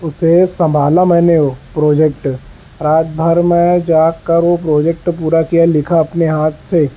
اسے سنبھالا میں نے وہ پروجیکٹ رات بھر میں جاگ کر وہ پروجیکٹ پورا کیا لکھا اپنے ہاتھ سے